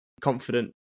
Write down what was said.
confident